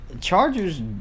Chargers